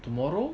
tomorrow